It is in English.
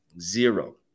Zero